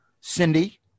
Cindy